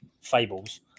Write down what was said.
fables